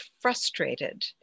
frustrated